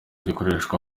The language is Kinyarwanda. gikoreshwa